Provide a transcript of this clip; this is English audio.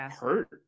hurt